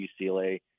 UCLA